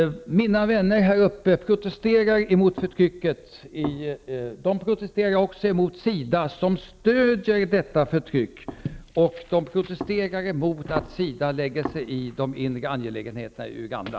Mina vänner här uppe protesterar mot förtrycket och också mot SIDA, som stöder detta förtryck. De protesterar dessutom mot att SIDA lägger sig i de inre angelägenheterna i Uganda.